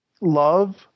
love